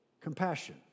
Compassion